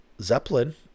Zeppelin